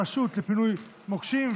ומשפרים את המצב של הרשות לפינוי מוקשים,